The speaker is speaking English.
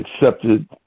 accepted